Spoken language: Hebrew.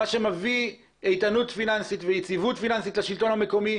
מה שמביא איתנות פיננסית ויציבות פיננסית לשלטון המקומי,